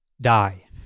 Die